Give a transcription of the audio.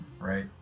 right